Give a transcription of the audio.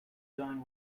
join